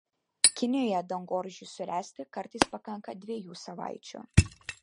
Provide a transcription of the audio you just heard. kinijoje dangoraižiui suręsti kartais pakanka dviejų savaičių